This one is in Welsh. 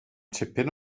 tipyn